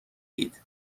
دهید